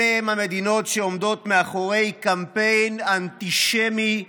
אלה המדינות שעומדות מאחורי קמפיין אנטישמי ארסי,